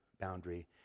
boundary